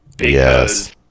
Yes